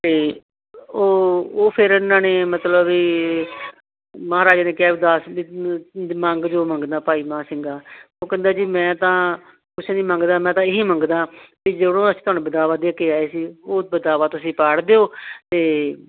ਅਤੇ ਉਹ ਉਹ ਫਿਰ ਇਹਨਾਂ ਨੇ ਮਤਲਬ ਇਹ ਮਹਾਰਾਜ ਨੇ ਕਿਹਾ ਉਹ ਦੱਸ ਮੰਗ ਜੋ ਮੰਗਦਾ ਭਾਈ ਮਹਾਂ ਸਿੰਘਾ ਉਹ ਕਹਿੰਦਾ ਜੀ ਮੈਂ ਤਾਂ ਕੁਛ ਨਹੀਂ ਮੰਗਦਾ ਮੈਂ ਤਾਂ ਇਹੀ ਮੰਗਦਾ ਵੀ ਜਦੋਂ ਅਸੀਂ ਤੁਹਾਨੂੰ ਬਦਾਵਾ ਦੇ ਕੇ ਆਏ ਸੀ ਉਹ ਬਦਾਵਾ ਤੁਸੀਂ ਪਾੜ ਦਿਓ ਅਤੇ